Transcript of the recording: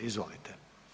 Izvolite.